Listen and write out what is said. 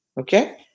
Okay